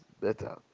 better